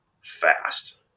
fast